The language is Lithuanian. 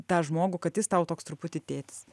tą žmogų kad jis tau toks truputį tėtis